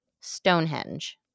Stonehenge